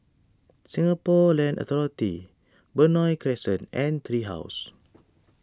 Singapore Land Authority Benoi Crescent and Tree House